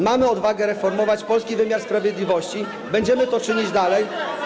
Mamy odwagę reformować polski wymiar sprawiedliwości, będziemy to czynić dalej.